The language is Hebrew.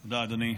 תודה, אדוני.